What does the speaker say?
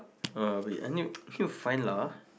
uh wait I need need to find lah